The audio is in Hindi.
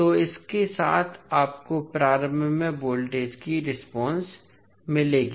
तो इसके साथ आपको प्रारंभ में वोल्टेज की रेस्पॉन्स मिलेगी